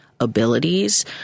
abilities